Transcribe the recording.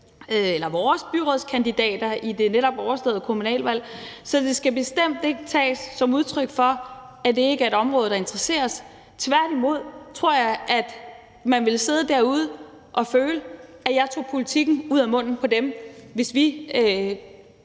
af vores byrådskandidater i det netop overståede kommunalvalg, så det skal bestemt ikke tages som udtryk for, at det ikke er et område, der interesserer os. Tværtimod tror jeg, at de ville sidde derude og føle, at jeg tog politikken ud af hænderne på dem, hvis vi